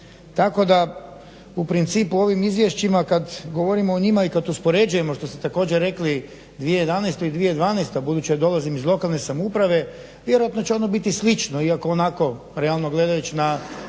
Tako da u principu ovim izvješćima kad govorimo o njima i kad uspoređujemo što ste također rekli 2011. i 2012., budući da dolazim iz lokalne samouprave, vjerojatno će ono biti slično iako onako realno gledajući na